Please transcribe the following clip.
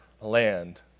land